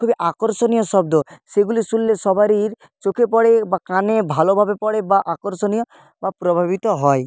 খুবই আকর্ষণীয় শব্দ সেগুলি শুনলে সবারির চোখে পড়ে বা কানে ভালোভাবে পড়ে বা আকর্ষণীয় বা প্রভাবিত হয়